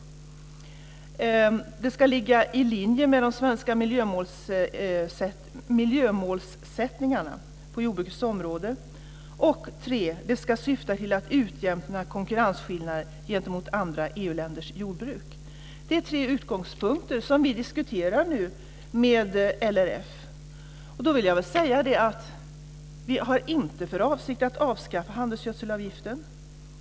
För det andra ska det ligga i linje med de svenska miljömålsättningarna på jordbrukets område. Och för det tredje ska det syfta till att utjämna konkurrensskillnader gentemot andra EU-länders jordbruk. Det är tre utgångspunkter som vi diskuterar nu med LRF. Jag vill säga att vi inte har för avsikt att avskaffa handelsgödselavgiften.